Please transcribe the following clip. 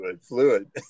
Fluid